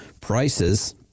prices